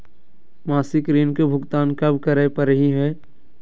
मासिक ऋण के भुगतान कब करै परही हे?